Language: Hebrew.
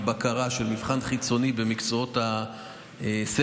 לבקרה של מבחן חיצוני במקצועות הספר,